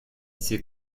c’est